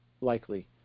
likely